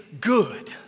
good